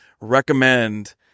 recommend